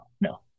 No